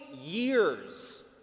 years